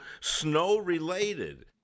snow-related